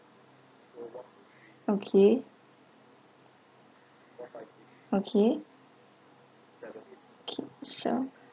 okay okay okay sure